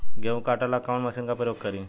गेहूं काटे ला कवन मशीन का प्रयोग करी?